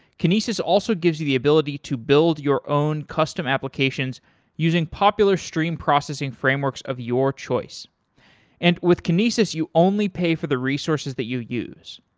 kinesis also gives you the ability to build your own custom applications using popular stream processing frameworks of your choice and with kinesis, you only pay for the resources that you use.